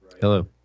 Hello